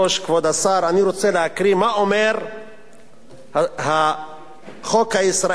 אני רוצה להקריא מה אומר החוק הישראלי בנדון.